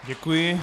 Děkuji.